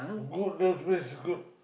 good those place good